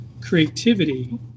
creativity